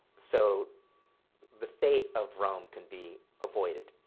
so the fate of rome can be avoided?